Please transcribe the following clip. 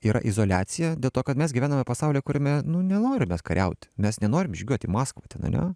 yra izoliacija dėl to kad mes gyvename pasaulyje kuriame nu nenorim mes kariauti mes nenorim žygiuoti į maskvą ten ane